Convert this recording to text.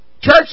church